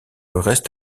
reste